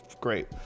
Great